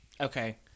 Okay